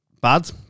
Bad